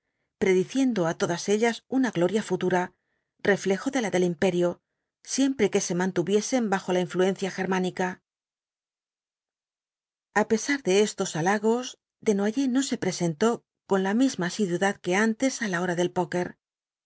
prediciendo á todas ellas una gloria futura reflejo de la del imperio siempre que se mantuviesen bajo la influencia germánica a pesar de estos halagos desnoyers no se presentó con la misma asiduidad que antes á la hora del poker